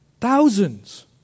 Thousands